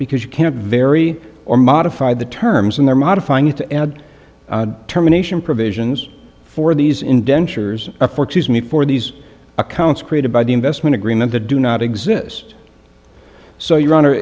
because you can't very or modify the terms in their modifying to terminations provisions for these indentures me for these accounts created by the investment agreement that do not exist so your hon